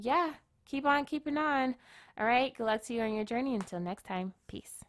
Yeah, keep on keeping on. All right, good luck to you on your journey. Until next time, peace.